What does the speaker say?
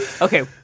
okay